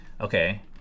okay